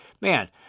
man